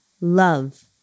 love